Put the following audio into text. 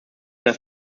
das